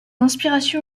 inspiration